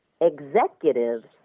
executives